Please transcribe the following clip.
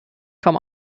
kaum